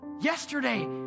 yesterday